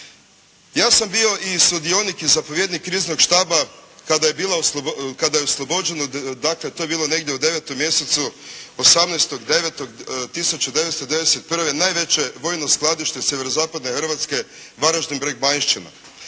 Ja sam bio i sudionik i zapovjednik kriznog štaba kada je oslobođeno, dakle to je bilo u 9. mjesecu, 18.9.1991. najveće vojno skladište sjeverozapadne Hrvatske, Varaždin Breg Bajnščina.